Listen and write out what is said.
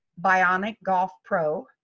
bionicgolfpro